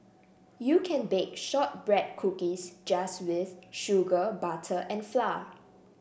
you can bake shortbread cookies just with sugar butter and flour